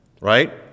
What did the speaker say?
right